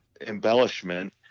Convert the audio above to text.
embellishment